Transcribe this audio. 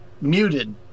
muted